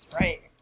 right